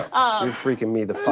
um freaking me the fuck